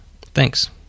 thanks